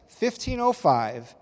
1505